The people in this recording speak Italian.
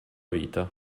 vita